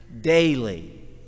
daily